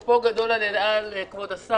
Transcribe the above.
שאפו גדול על מה שהיה אתמול לגבי אל על, כבוד השר.